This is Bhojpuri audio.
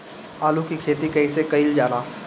आलू की खेती कइसे कइल जाला?